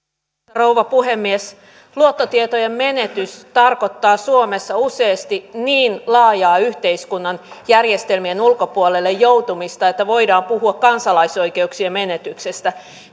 rouva puhemies luottotietojen menetys tarkoittaa suomessa useasti niin laajaa yhteiskunnan järjestelmien ulkopuolelle joutumista että voidaan puhua kansalaisoikeuksien menetyksestä